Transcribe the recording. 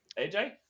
AJ